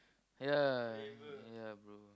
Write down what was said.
ya ya bro